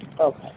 Okay